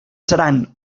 seran